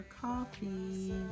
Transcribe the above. coffee